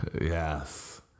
Yes